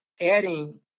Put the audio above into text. adding